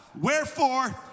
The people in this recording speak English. Wherefore